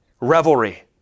revelry